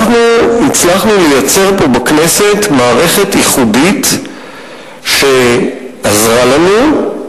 הצלחנו לייצר פה בכנסת מערכת ייחודית שעזרה לנו,